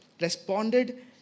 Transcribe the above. responded